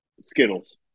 skittles